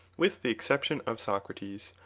with the exception of socrates,